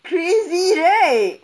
crazy right